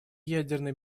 ядерной